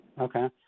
Okay